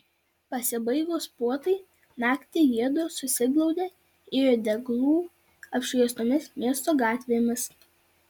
pasibaigus puotai naktį jiedu susiglaudę ėjo deglų apšviestomis miesto gatvėmis